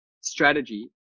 strategy